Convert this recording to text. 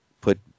put